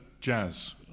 Jazz